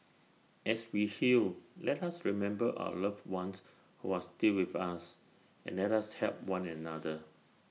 as we heal let us remember our loved ones who are still with us and let us help one another